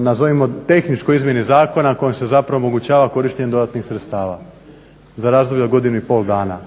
nazovimo tehničkoj izmjeni zakona kojom se zapravo omogućava korištenje dodatnih sredstava za razdoblje od godinu i pol dana.